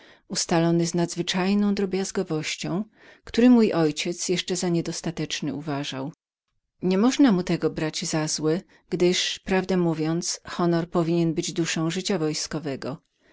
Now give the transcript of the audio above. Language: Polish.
honoru posunięty do najwyższego stopnia który mój ojciec jeszcze za niedostateczny uważał i w istocie niemożna mu tego brać za złe gdyż prawdę mówiąc honor powinien być duszą życia wojskowego